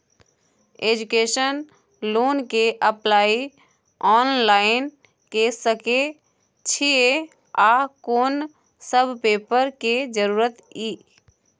Education loan के apply online के सके छिए आ कोन सब पेपर के जरूरत इ?